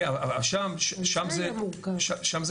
כן אבל שם זה קטן.